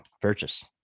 purchase